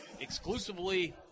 exclusively